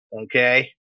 Okay